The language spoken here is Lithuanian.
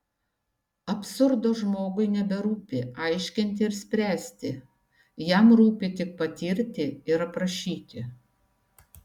absurdo žmogui neberūpi aiškinti ir spręsti jam rūpi tik patirti ir aprašyti